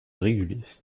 réguliers